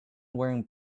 wearing